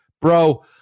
Bro